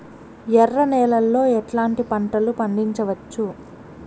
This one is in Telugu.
ఎర్ర నేలలో ఎట్లాంటి పంట లు పండించవచ్చు వచ్చు?